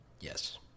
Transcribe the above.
yes